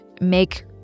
make